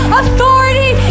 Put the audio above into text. authority